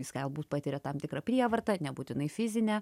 jis galbūt patiria tam tikrą prievartą nebūtinai fizinę